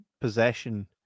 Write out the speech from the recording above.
possession